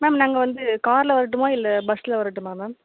ma'am நாங்கள் வந்து காரில் வரட்டுமா இல்லை பஸ்ஸில் வரட்டுமா மேம்